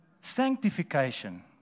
Sanctification